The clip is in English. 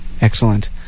excellent